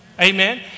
Amen